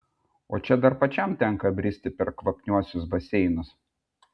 o čia dar pačiam tenka bristi per kvapniuosius baseinus